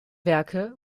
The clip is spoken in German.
werke